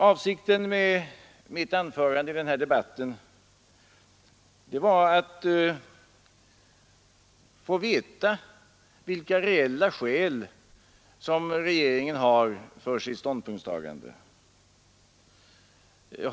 Avsikten med mitt anförande i den här debatten var att få veta vilka reella skäl regeringen har för sitt ståndpunktstagande.